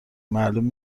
معلوم